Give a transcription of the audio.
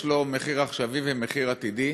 יש לו מחיר עכשווי ומחיר עתידי.